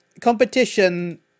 competition